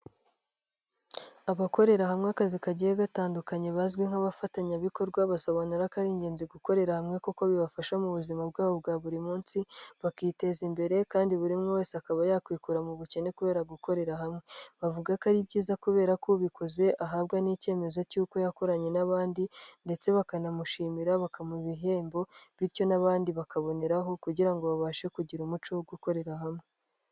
Abakorera hamwe akazi kagiye gatandukanye bazwi nk'abafatanyabikorwa basobanura ko ari ingenzi gukorera hamwe kuko bibafasha mu buzima bwabo bwa buri munsi, bakiteza imbere kandi buri muntu wese akaba yakwikura mu bukene kubera gukorera hamwe. Bavuga ko ari byiza kubera ko ubikoze ahabwa n'icyemezo cy'uko yakoranye n'abandi ndetse bakanamushimira bakamuha ibihembo bityo n'abandi bakaboneraho kugira ngo babashe kugira umuco wo gukorera hamwe.